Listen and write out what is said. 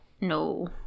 No